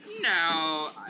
no